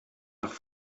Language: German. nach